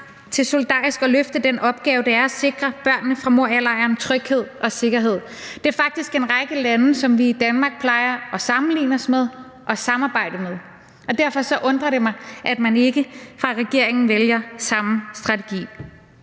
til solidarisk at løfte den opgave, det er at sikre børnene fra Morialejren tryghed og sikkerhed. Det er faktisk en række lande, som vi i Danmark plejer at sammenligne os med og samarbejde med. Derfor undrer det mig, at man ikke fra regeringens side vælger samme strategi.